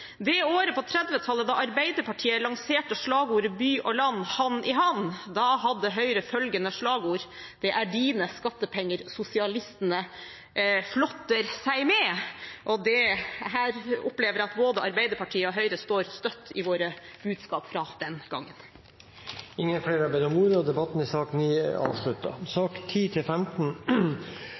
Det året på 1930-tallet da Arbeiderpartiet lanserte slagordet «By og land hand i hand», hadde Høyre følgende slagord: Det er dine skattepenger sosialistene flotter seg med. Her opplever jeg at både Arbeiderpartiet og Høyre står støtt i sine budskap fra den gangen. Flere har ikke bedt om ordet til sak nr. 9. Sakene nr. 10–15 er andre gangs behandling av lovsaker, og